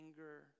Anger